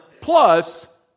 plus